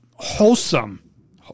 Wholesome